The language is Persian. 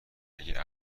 اگه